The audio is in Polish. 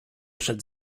przed